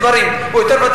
של דברי חבר הכנסת וקנין.